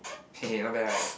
hehe not bad right